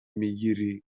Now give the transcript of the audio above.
میگیری